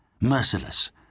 merciless